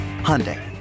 Hyundai